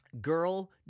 Girl